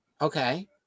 Okay